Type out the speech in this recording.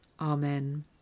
Amen